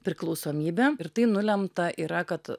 priklausomybę ir tai nulemta yra kad